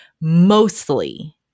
mostly